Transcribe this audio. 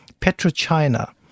PetroChina